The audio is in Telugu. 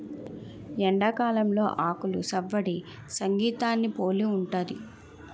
ఎండాకాలంలో ఆకులు సవ్వడి సంగీతాన్ని పోలి ఉంటది